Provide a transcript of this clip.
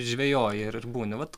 žvejoji ir būni vat